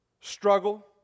struggle